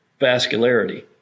vascularity